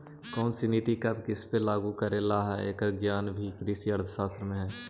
कौनसी नीति कब किसपे लागू करे ला हई, एकर ज्ञान भी कृषि अर्थशास्त्र में हई